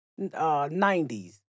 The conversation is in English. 90s